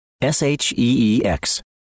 S-H-E-E-X